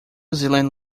zealand